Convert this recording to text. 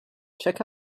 check